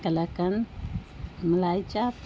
کلاکن malai چاپ